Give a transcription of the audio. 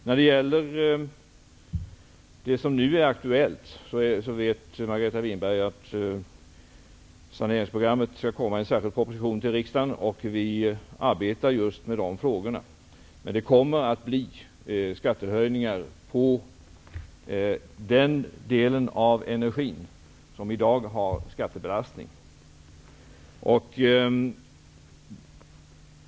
När det gäller det som nu är aktuellt, vet Margareta Winberg att saneringsprogrammet skall komma i en särskild proposition till riksdagen. Vi arbetar just med de frågorna. Det kommer att bli skattehöjningar på den del av energin som i dag har skattebelastning.